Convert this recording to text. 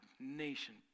nation